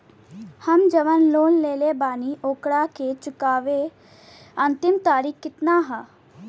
हम जवन लोन लेले बानी ओकरा के चुकावे अंतिम तारीख कितना हैं?